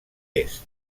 est